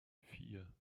vier